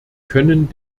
können